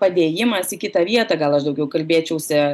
padėjimas į kitą vietą gal aš daugiau kalbėčiausi